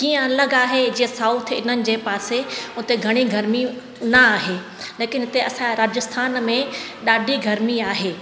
कीअं अलॻि आहे जे साउथ हिननि जे पासे उते घणी गर्मी न आहे लेकिन उते असांजे रजस्थान में ॾाढी गर्मी आहे